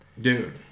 Dude